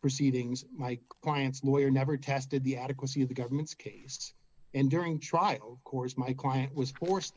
proceedings my client's lawyer never tested the adequacy of the government's case and during trial course my client was forced